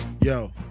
Yo